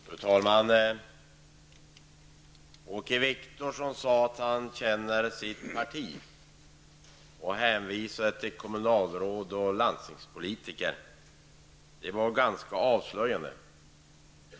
Fru talman! Åke Wictorsson sade att han kände sitt parti och hänvisade till kommunalråd och landstingspolitiker. Det var avslöjande.